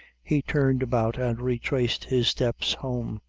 he turned about and retraced his steps home.